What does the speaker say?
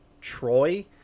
Troy